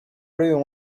really